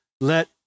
let